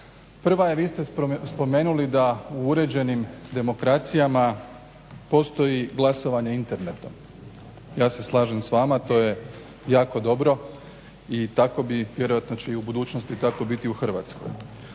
Prva je vi ste spomenuli da u uređenim demokracijama postoji glasovanje internetom. Ja se slažem s vama, to je jako dobro i tako bi, vjerojatno će tako i u budućnosti tako biti u Hrvatskoj.